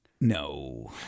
No